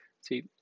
See